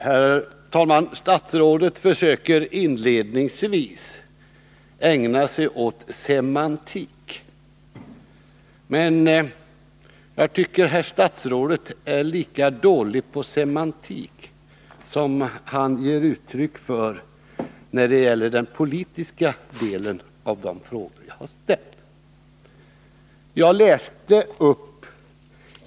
Herr talman! Statsrådet försöker inledningsvis ägna sig åt semantik. Men jag tycker att herr statsrådet är lika dålig på semantik som när det gäller att svara på den politiska delen av de frågor jag ställt.